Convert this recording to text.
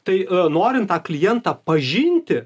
tai norint tą klientą pažinti